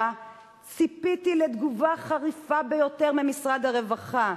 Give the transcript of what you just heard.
ציפיתי לתגובה חמורה ביותר ממשרד הרווחה.